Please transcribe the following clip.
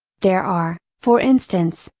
there are, for instance,